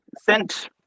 sent